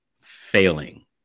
failing